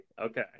okay